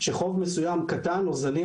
בכל זאת,